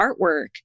artwork